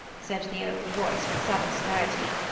said the old voice, with sudden severity.